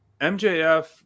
mjf